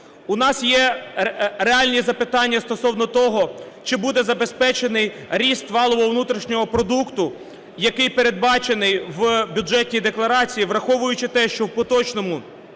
У нас є реальні запитання стосовно того, чи буде забезпечений ріст валового внутрішнього продукту, який передбачений в Бюджетній декларації, враховуючи те, що в поточному